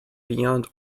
beyond